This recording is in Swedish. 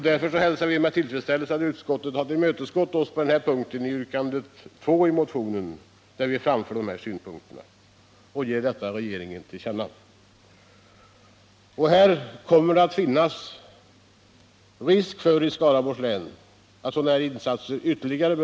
Därför hälsar vi med tillfredsställelse att utskottet har tillmötesgått oss i vårt yrkande 2 i motionen, där vi kräver att riksdagen ger regeringen detta till känna. Man kan befara att det kommer att behövas flera sådana här insatser i Skaraborgs län.